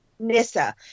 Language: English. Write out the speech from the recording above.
nissa